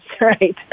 right